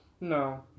No